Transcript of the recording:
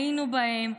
היינו בהם.